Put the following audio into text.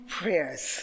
prayers